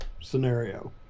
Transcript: scenario